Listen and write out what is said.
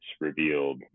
revealed